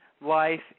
life